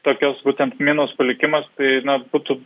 tokios būtent minos palikimas tai na būtų